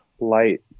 light